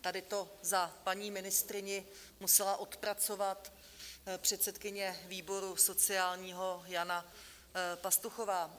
Tady to za paní ministryni musela odpracovat předsedkyně výboru sociálního Jana Pastuchová.